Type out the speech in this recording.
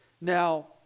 Now